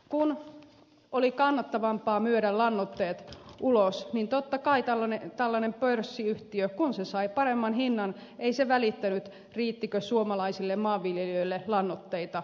kun oli kannattavampaa myydä lannoitetuotanto ulos niin tietenkään tällainen pörssiyhtiö kun se sai paremman hinnan ei välittänyt riittikö suomalaisille maanviljelijöille lannoitteita